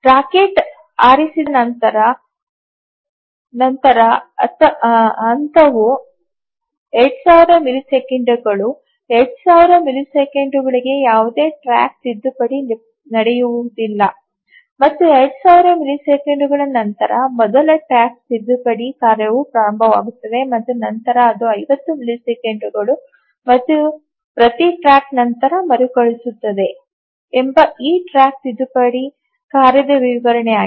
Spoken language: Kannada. ರಾಕೆಟ್ ಹಾರಿಸಿದ ನಂತರ ಹಂತವು 2000 ಮಿಲಿಸೆಕೆಂಡುಗಳು 2000 ಮಿಲಿಸೆಕೆಂಡುಗಳಿಗೆ ಯಾವುದೇ ಟ್ರ್ಯಾಕ್ ತಿದ್ದುಪಡಿ ನಡೆಯುವುದಿಲ್ಲ ಮತ್ತು 2000 ಮಿಲಿಸೆಕೆಂಡುಗಳ ನಂತರ ಮೊದಲ ಟ್ರ್ಯಾಕ್ ತಿದ್ದುಪಡಿ ಕಾರ್ಯವು ಪ್ರಾರಂಭವಾಗುತ್ತದೆ ಮತ್ತು ನಂತರ ಅದು 50 ಮಿಲಿಸೆಕೆಂಡುಗಳು ಮತ್ತು ಪ್ರತಿ ಟ್ರ್ಯಾಕ್ ನಂತರ ಮರುಕಳಿಸುತ್ತದೆ ಎಂಬ ಈ ಟ್ರ್ಯಾಕ್ ತಿದ್ದುಪಡಿ ಕಾರ್ಯದ ವಿವರಣೆಯಾಗಿದೆ